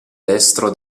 destro